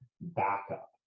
backup